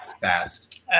fast